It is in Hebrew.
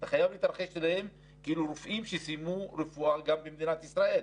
אתה חייב להתייחס אליהם כאל רופאים שסיימו רפואה גם במדינת ישראל.